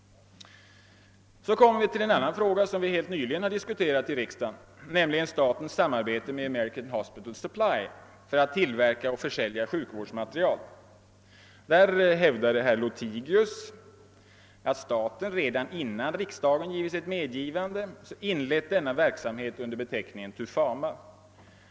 Så kommer jag till en annan fråga som vi helt nyligen diskuterat i riksdagen, nämligen statens samarbete med American Hospital Supply för att tillverka och försälja sjukvårdsmateriel. Herr Lothigius hävdade under debatten att staten redan innan riksdagen givit sitt medgivande inlett denna verksamhet under beteckningen Tufama.